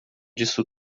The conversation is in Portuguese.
disso